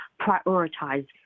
prioritize